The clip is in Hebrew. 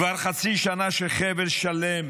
כבר חצי שנה שחבל שלם,